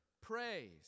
praise